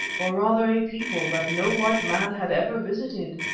or rather, a people, that no white man had ever visited.